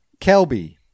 Kelby